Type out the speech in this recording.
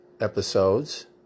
episodes